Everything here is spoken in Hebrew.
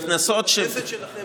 בכנסת שלכם היו טרומיות?